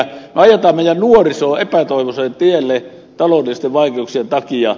me ajamme meidän nuorisomme epätoivoiselle tielle taloudellisten vaikeuksien takia